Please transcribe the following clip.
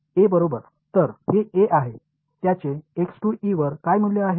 ए बरोबर तर हे ए आहे त्याचे वर काय मूल्य आहे